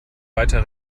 weiter